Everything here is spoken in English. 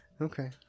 okay